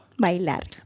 Bailar